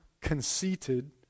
conceited